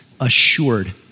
assured